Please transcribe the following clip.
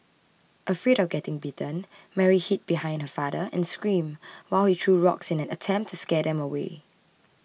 afraid of getting bitten Mary hid behind her father and screamed while he threw rocks in an attempt to scare them away